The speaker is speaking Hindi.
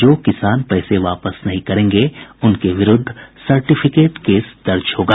जो किसान पैसे वापस नहीं करेंगे उनके विरुद्ध सटिर्फिकेट केस दर्ज होगा